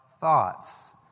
thoughts